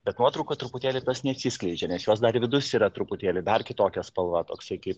bet nuotraukoj truputėlį tos neatsiskleidžia nes jos dar vidus yra truputėlį dar kitokia spalva toksai kaip